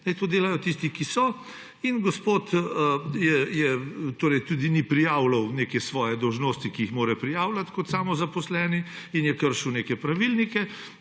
to delajo tisti, ki so za to tam. Gospod tudi ni prijavljal nekih svojih dolžnosti, ki jih mora prijavljati kot samozaposleni, in je kršil neke pravilnike.